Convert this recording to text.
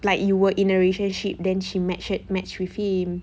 like you were in a relationship then she match shirt match with him